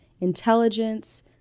intelligence